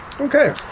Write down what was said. okay